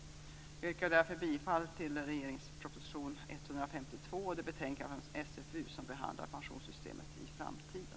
Jag yrkar därför bifall till regeringens proposition 152 och det betänkande från socialförsäkringsutskottet som behandlar pensionssystemet i framtiden.